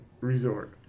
resort